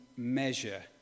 measure